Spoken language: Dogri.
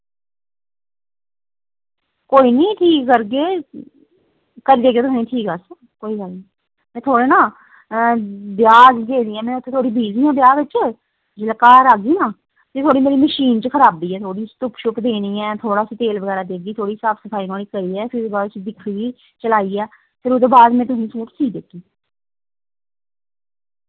कोई निं ठीक करगे करी देगे तुसें ठीक अस कोई गल्ल निं में थोह्ड़ा ना ब्याह् गी गेदी ऐं मैं उत्थे थोह्ड़ी बिजी आं ब्याह् बिच्च जिल्लै घर औगी नां फिर थोह्ड़ी मेरी मशीन च खराबी ऐ थोह्ड़ी उसी तुक्क शुक्क देनी ऐ थोह्ड़ा उस्सी तेल बगैरा देगी थोह्ड़ी साफ सफाई नोह्ड़ी करनी ऐ फ्ही ओह्दे बाद उसी दिक्खगी चलाइयै फिर ओह्दे बाद में तुसेंगी सूट सी देगी